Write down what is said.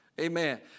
Amen